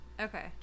okay